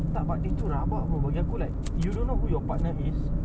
tak but itu rabak bro bagi aku like you don't know who your partner is